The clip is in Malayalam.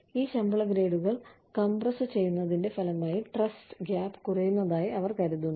ഈ ശമ്പള ഗ്രേഡുകൾ കംപ്രസ്സു ചെയ്യുന്നതിന്റെ ഫലമായി ട്രസ്റ്റ് ഗ്യാപ് കുറയുന്നതായി അവർ കരുതുന്നു